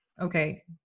okay